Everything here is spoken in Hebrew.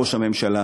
ראש הממשלה,